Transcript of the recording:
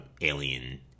alien